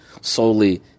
solely